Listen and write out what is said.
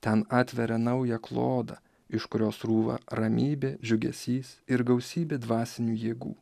ten atveria naują klodą iš kurio srūva ramybė džiugesys ir gausybė dvasinių jėgų